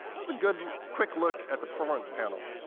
was a good, quick look at the performance panel,